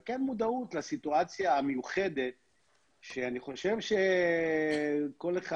רק כן מודעות לסיטואציה המיוחדת שכל אחד,